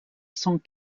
cent